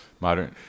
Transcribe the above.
modern